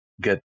get